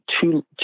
two